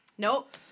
Nope